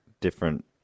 different